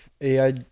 AI